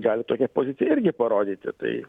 gali tokia pozicija irgi parodyti tai